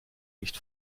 nicht